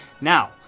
Now